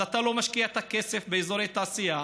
אז אתה לא משקיע את הכסף באזורי תעשייה,